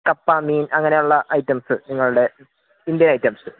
കപ്പ മീൻ അങ്ങനെയുള്ള ഐറ്റംസ് നിങ്ങളുടെ ഇന്ത്യൻ ഐറ്റംസ്